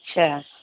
اچھا